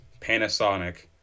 Panasonic